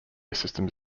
systems